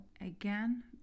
again